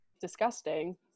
disgusting